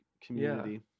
community